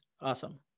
awesome